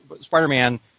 Spider-Man